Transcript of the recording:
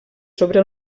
sobre